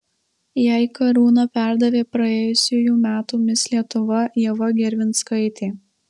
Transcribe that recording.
jai karūna perdavė praėjusiųjų metų mis lietuva ieva gervinskaitė